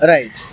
Right